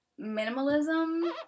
minimalism